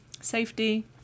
safety